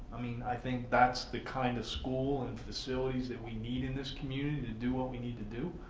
i mean i think that's the kind of school and facilities that we need in this community, to do what we need to do.